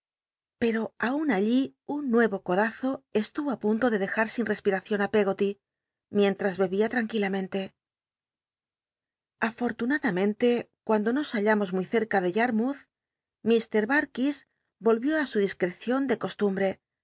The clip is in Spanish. pero aun allí un nucm codazo estu o ü punto de dejar sin respiracion i peggoty mientras bebia tranquilamente afortunadamente cuando nos hallamos muy cerca de yannouth ll barkis volvió ü su discrecion de